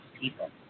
people